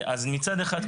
אז מצד אחד,